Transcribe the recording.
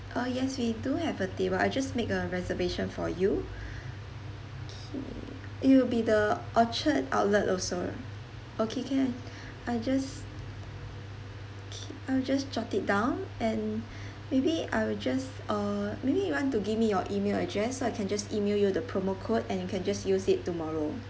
uh yes we do have a table I'll just make a reservation for you K it will be the orchard outlet also okay can I just K I'll just jot it down and maybe I will just uh maybe you want to give me your email address so I can just email you the promo code and you can just use it tomorrow